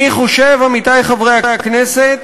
אני חושב, עמיתי חברי הכנסת,